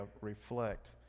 reflect